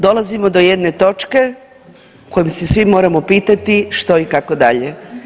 Dolazimo do jedne točke u kojoj se svi moramo pitati što i kako dalje.